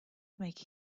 make